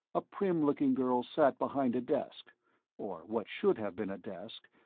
a prim-looking girl sat behind a desk or what should have been a desk,